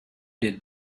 did